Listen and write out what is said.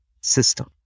system